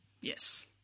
Yes